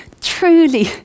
truly